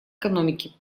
экономики